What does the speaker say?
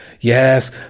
Yes